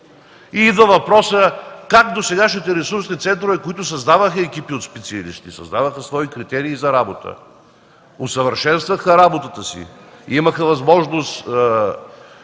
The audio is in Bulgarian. Идва въпросът как досегашните ресурсни центрове, които създаваха екипи от специалисти, създаваха свои критерии за работа, усъвършенстваха работата си, имаха възможност